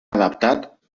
adaptat